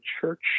church